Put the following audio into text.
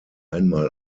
einmal